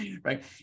right